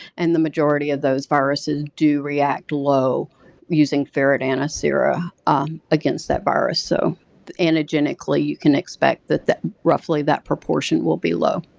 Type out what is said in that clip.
and the majority majority of those viruses do react low using ferret antisera against that virus, so antigenically you can expect that that roughly that proportion will be low.